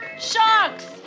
Sharks